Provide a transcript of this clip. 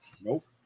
nope